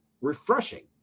refreshing